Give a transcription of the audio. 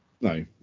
No